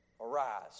arise